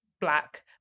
black